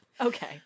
Okay